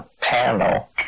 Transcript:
panel